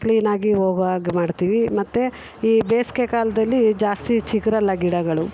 ಕ್ಲೀನಾಗಿ ಹೋಗುವಾಗ ಮಾಡ್ತೀವಿ ಮತ್ತೆ ಈ ಬೇಸಿಗೆ ಕಾಲದಲ್ಲಿ ಜಾಸ್ತಿ ಚಿಗುರಲ್ಲ ಗಿಡಗಳು